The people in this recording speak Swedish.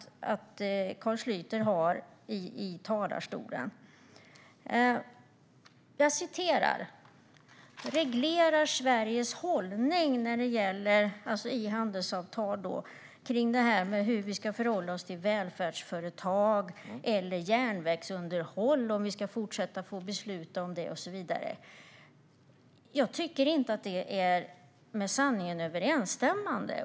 Carl Schlyter säger: I handelsavtal regleras Sveriges hållning när det gäller hur vi ska förhålla oss till välfärdsföretag eller järnvägsunderhåll, om vi ska fortsätta att få besluta om det och så vidare. Jag tycker inte att det är med sanningen överensstämmande.